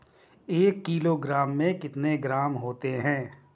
एक किलोग्राम में कितने ग्राम होते हैं?